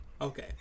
Okay